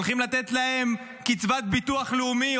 הולכים לתת להם קצבת ביטוח לאומי,